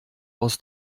aus